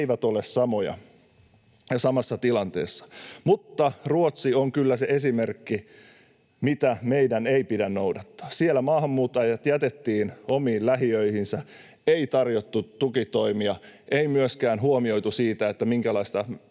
eivät ole samoja ja samassa tilanteessa. Mutta Ruotsi on kyllä se esimerkki, mitä meidän ei pidä noudattaa. Siellä maahanmuuttajat jätettiin omiin lähiöihinsä, ei tarjottu tukitoimia, ei myöskään huomioitu, minkälaista